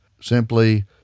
Simply